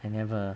I never